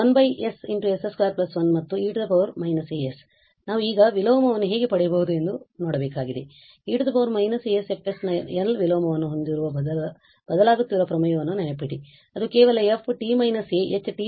ಆದ್ದರಿಂದ ನಾವು ಈಗ ವಿಲೋಮವನ್ನು ಹೇಗೆ ಪಡೆಯುವುದು ಎಂದು ವ್ಯವಹರಿಸಬೇಕಾಗಿದೆ ಈ e −asF ನ L ವಿಲೋಮವನ್ನು ಹೊಂದಿರುವ ಬದಲಾಗುತ್ತಿರುವ ಪ್ರಮೇಯವನ್ನು ನೆನಪಿಡಿ ಅದು ಕೇವಲ ft − aHt − a